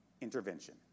intervention